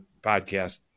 podcast